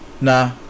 nah